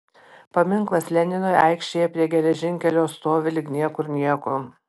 paminklas leninui aikštėje prie geležinkelio stovi lyg niekur nieko